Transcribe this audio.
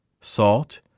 salt